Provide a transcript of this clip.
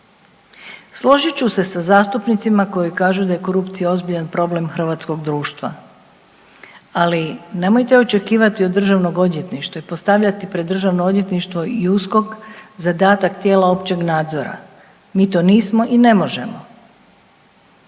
Složit ću se sa zastupnicima koji kažu da je korupcija ozbiljan problem hrvatskog društva, ali nemojte očekivati od državnog odvjetništva i postavljati pred državno odvjetništvo i USKOK zadatak tijela općeg nadzora, mi to nismo i ne možemo.